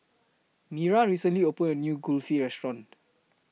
Mira recently opened A New Kulfi Restaurant